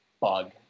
bug